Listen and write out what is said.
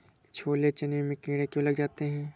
छोले चने में कीड़े क्यो लग जाते हैं?